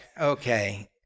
okay